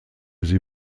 sie